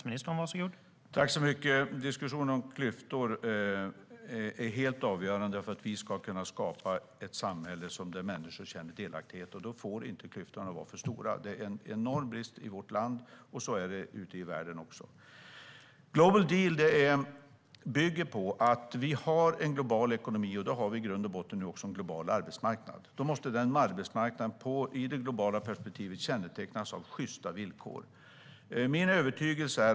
Herr talman! Diskussionen om klyftor är helt avgörande för att vi ska kunna skapa ett samhälle där människor känner delaktighet. Då får inte klyftorna vara för stora. Det är en enorm brist i vårt land och ute i världen. Global deal bygger på att vi har en global ekonomi nu, och då har vi i grund och botten också en global arbetsmarknad. Då måste den arbetsmarknaden i det globala perspektivet kännetecknas av sjysta villkor.